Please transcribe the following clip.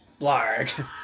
blarg